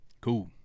Cool